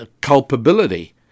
culpability